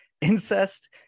incest